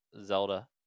Zelda